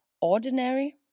Ordinary